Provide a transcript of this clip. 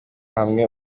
hamwe